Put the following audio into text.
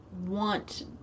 want